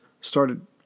started